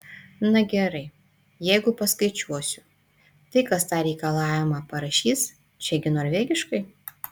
na gerai jeigu paskaičiuosiu tai kas tą reikalavimą parašys čia gi norvegiškai